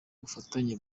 bufatanye